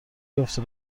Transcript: یافته